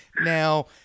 Now